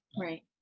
Right